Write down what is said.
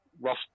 rough